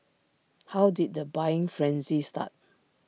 how did the buying frenzy start